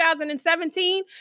2017